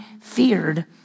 feared